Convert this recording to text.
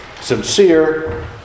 sincere